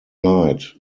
night